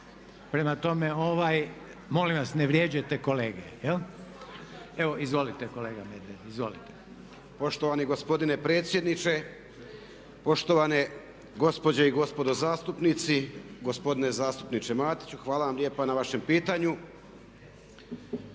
ne čuje./… Molim vas ne vrijeđajte kolege. Evo izvolite kolega Medved. Izvolite. **Medved, Tomo (HDZ)** Poštovani gospodine predsjedniče, poštovane gospode i gospodo zastupnici. Gospodine zastupniče Matiću, hvala vam lijepa na vašem pitanju.